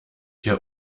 hier